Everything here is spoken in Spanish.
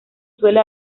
suele